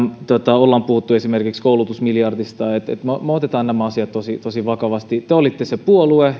ollaan puhuttu esimerkiksi koulutusmiljardista me otamme nämä asiat tosi tosi vakavasti te olitte se puolue